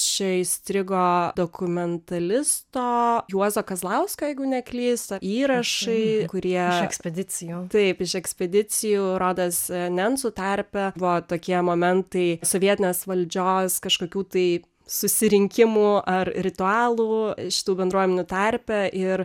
čia įstrigo dokumentalisto juozo kazlausko jeigu neklystu įrašai kurie iš ekspedicijų taip iš ekspedicijų rodos nencų tarpe buvo tokie momentai sovietinės valdžios kažkokių tai susirinkimų ar ritualų šitų bendruomenių tarpe ir